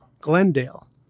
Glendale